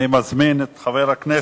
אני מזמין את חבר הכנסת